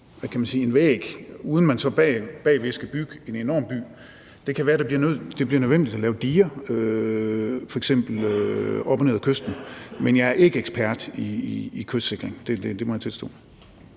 en væg, uden at man så bagved skal bygge en enorm by. Det kan være, det bliver nødvendigt at lave diger f.eks. op og ned langs kysten, men jeg er ikke ekspert i kystsikring. Det må jeg tilstå.